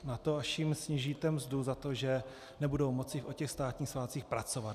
Na to, až jim snížíte mzdu za to, že nebudou moci o státních svátcích pracovat?